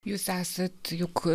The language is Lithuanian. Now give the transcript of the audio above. jūs esat juk